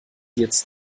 jetzt